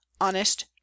honest